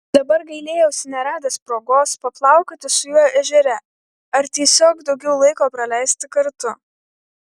dabar gailėjausi neradęs progos paplaukioti su juo ežere ar tiesiog daugiau laiko praleisti kartu